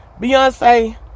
Beyonce